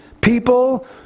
people